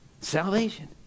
Salvation